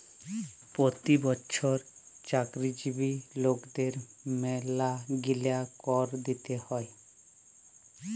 পতি বচ্ছর চাকরিজীবি লকদের ম্যালাগিলা কর দিতে হ্যয়